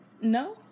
no